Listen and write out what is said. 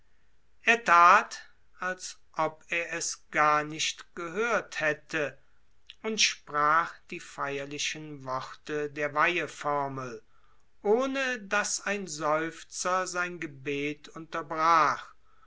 er that als ob er es gar nicht gehört hätte und sprach die feierlichen worte der weiheformel ohne daß ein seufzer sein gebet unterbrach